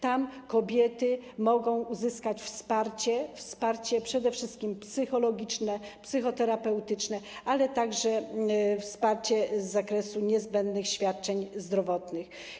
Tam kobiety mogą uzyskać wsparcie, wsparcie przede wszystkim psychologiczne, psychoterapeutyczne, ale także wsparcie z zakresu niezbędnych świadczeń zdrowotnych.